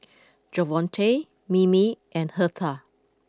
Javonte Mimi and Hertha